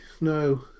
no